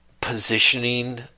positioning